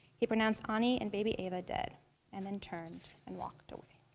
he pronounced um anie and baby eva dead and then turned and walked away.